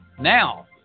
Now